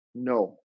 no